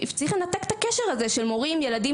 צריך לתקן את הקשר הזה של מורים-ילדים-תשלומים,